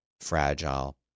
fragile